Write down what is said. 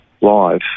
live